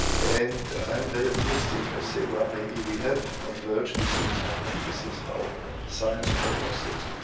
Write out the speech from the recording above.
and i'm very optimistic, i say well maybe we have converged, these things happen, this is how science progresses,